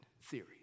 theory